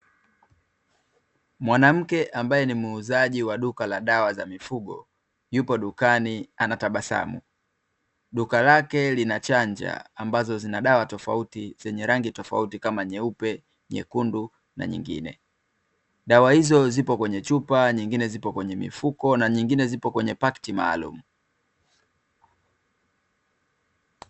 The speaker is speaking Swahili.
Mwanamke ambaye ni muuzaji wa duka la dawa za mifugo yupo dukani anatabasamu, duka lake linachanja ambazo zina dawa tofauti zenye rangi tofauti kama nyeupe, nyekundu na nyingine dawa hizo zipo kwenye chupa nyingine zipo kwenye mifuko na nyingine zipo kwenye pakti maalum.